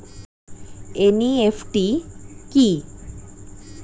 NEFT কি?